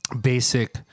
basic